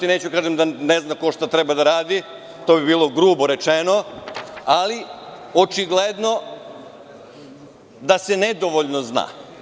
Neću da kažem da ne zna ko šta treba da radi, to bi bilo grubo rečeno, ali očigledno da se nedovoljno zna.